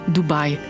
Dubai